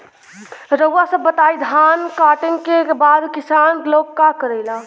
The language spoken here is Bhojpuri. रउआ सभ बताई धान कांटेके बाद किसान लोग का करेला?